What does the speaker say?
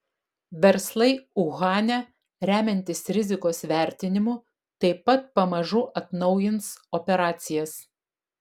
verslai uhane remiantis rizikos vertinimu taip pat pamažu atnaujins operacijas